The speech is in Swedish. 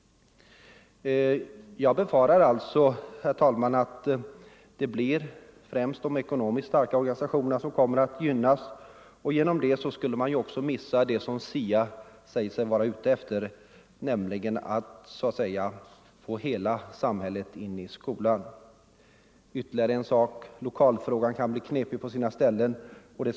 Jag befarar alltså, herr talman, att de ekonomiskt starka organisationerna kommer att gynnas. Härigenom skulle man också missa det som SIA säger sig vara ute efter, nämligen att så att säga få hela ”samhället” in i skolan. Ytterligare en sak: Lokalfrågan kan på sina håll bli knepig.